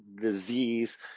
disease